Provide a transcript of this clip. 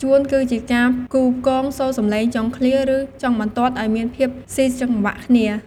ជួន គឺជាការផ្គូផ្គងសូរសំឡេងចុងឃ្លា ឬចុងបន្ទាត់ឱ្យមានភាពស៊ីចង្វាក់គ្នា។